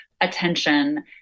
attention